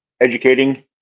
educating